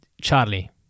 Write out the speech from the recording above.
Charlie